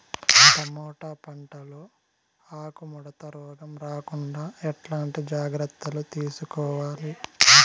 Tomato పంట లో ఆకు ముడత రోగం రాకుండా ఎట్లాంటి జాగ్రత్తలు తీసుకోవాలి?